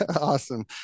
awesome